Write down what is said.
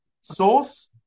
sauce